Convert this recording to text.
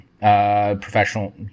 professional